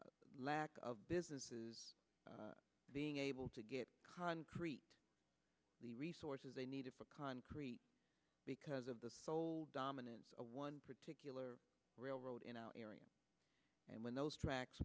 lack of businesses being able to get concrete the resources they needed for concrete because of the soul dominance of one particular railroad in our area and when those tracks